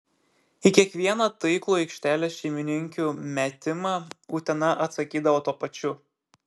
į kiekvieną taiklų aikštelės šeimininkių metimą utena atsakydavo tuo pačiu